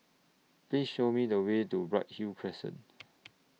Please Show Me The Way to Bright Hill Crescent